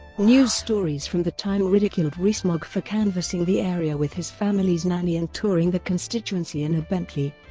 news stories from the time ridiculed rees-mogg for canvassing the area with his family's nanny and touring the constituency in a bentley,